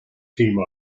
team